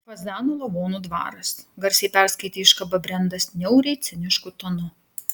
fazanų lavonų dvaras garsiai perskaitė iškabą brendas niauriai cinišku tonu